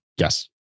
Yes